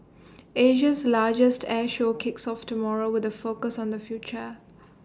Asia's largest air show kicks off tomorrow with A focus on the future